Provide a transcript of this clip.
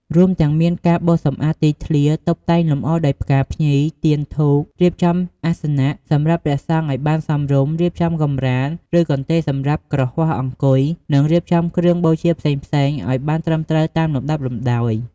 រួមទាំងមានការបោសសម្អាតទីធ្លា តុបតែងលម្អដោយផ្កាភ្ញី ទៀនធូប រៀបចំអាសនៈសម្រាប់ព្រះសង្ឃឲ្យបានសមរម្យ រៀបចំកម្រាល ឬកន្ទេលសម្រាប់គ្រហស្ថអង្គុយ និងរៀបចំគ្រឿងបូជាផ្សេងៗ ឲ្យបានត្រឹមត្រូវតាមលំដាប់លំដោយ។